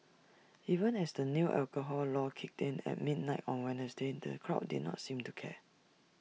even as the new alcohol law kicked in at midnight on Wednesday the crowd did not seem to care